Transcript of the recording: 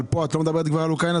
כאן את לא מדברת על אוקראינה?